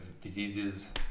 diseases